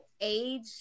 age